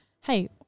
Hey